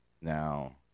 Now